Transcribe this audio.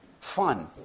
fun